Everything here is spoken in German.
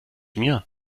mir